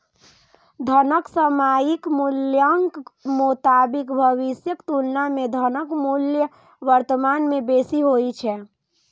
धनक सामयिक मूल्यक मोताबिक भविष्यक तुलना मे धनक मूल्य वर्तमान मे बेसी होइ छै